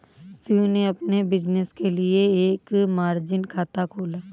शिव ने अपने बिज़नेस के लिए एक मार्जिन खाता खोला